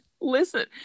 Listen